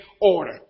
order